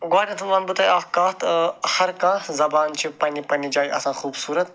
گۄڈٕنیٚتھ وَنہٕ بہٕ تۄہہِ اَکھ کَتھ ٲں ہر کانٛہہ زبان چھِ پَننہِ پَننہِ جایہِ آسان خوٗبصوٗرَت